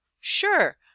sure